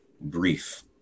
brief